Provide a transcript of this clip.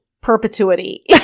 perpetuity